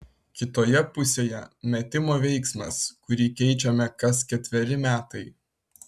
kitoje pusėje metimo veiksmas kurį keičiame kas ketveri metai